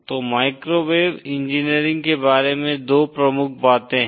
तो microwave engineering के बारे में 2 प्रमुख बातें है